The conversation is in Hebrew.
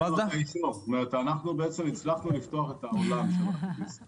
אנחנו בעצם הצלחנו לפתוח את העולם של הרכב בישראל